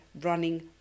running